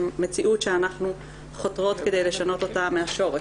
מציאות שאנחנו חותרות כדי לשנות אותה מהשורש.